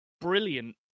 brilliant